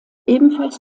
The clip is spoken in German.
ebenfalls